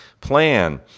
Plan